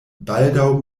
baldaŭ